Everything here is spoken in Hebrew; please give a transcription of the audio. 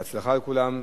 בעד, 13,